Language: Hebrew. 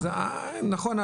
נכון.